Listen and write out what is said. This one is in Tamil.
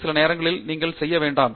சில நேரங்களில் நீங்கள் செய்ய வேண்டாம்